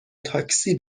تاکسی